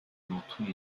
notu